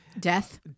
death